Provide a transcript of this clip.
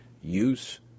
use